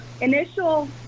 initial